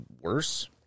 worse